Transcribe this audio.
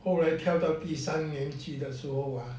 后来跳到第三年级的时候啊